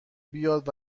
بیاد